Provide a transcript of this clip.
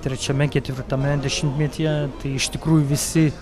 trečiame ketvirtame dešimtmetyje tai iš tikrųjų visi